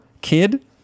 kid